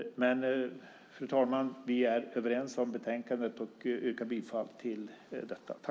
Men, fru talman, vi är överens om förslaget i betänkandet och yrkar bifall till detta.